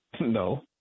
No